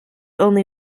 only